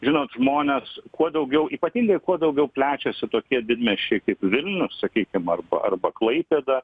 žinot žmonės kuo daugiauypatingai kuo daugiau plečiasi tokie didmiesčiai kaip vilnius sakykim ar arba klaipėda